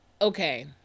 okay